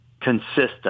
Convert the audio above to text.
consistent